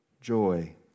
joy